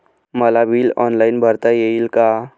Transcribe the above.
मला bill online भरता येईल का?